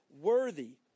worthy